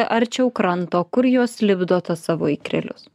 arčiau kranto kur jos lipdo tuos savo ikrelius